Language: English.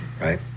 right